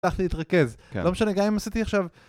הצלחתי להתרכז. לא משנה, גם אם עשיתי עכשיו...